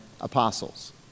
apostles